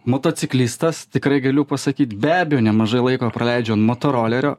motociklistas tikrai galiu pasakyt be abejo nemažai laiko praleidžiu ant motorolerio